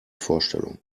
vorstellung